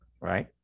right